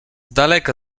daleka